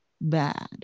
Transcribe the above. bad